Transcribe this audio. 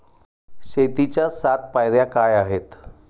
शेतीच्या सात पायऱ्या काय आहेत?